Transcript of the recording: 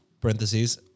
parentheses